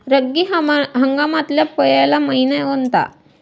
रब्बी हंगामातला पयला मइना कोनता?